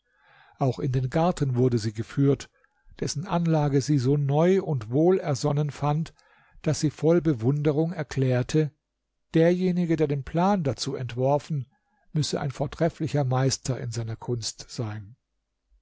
auch in den garten wurde sie geführt dessen anlage sie so neu und wohlersonnen fand daß sie voll bewunderung erklärte derjenige der den plan dazu entworfen müsse ein vortrefflicher meister in seiner kunst sein